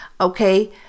okay